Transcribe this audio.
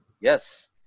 Yes